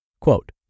Quote